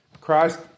Christ